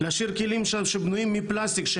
להשאיר את הכלים שהם בנויים מפלסטיק,